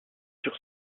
sur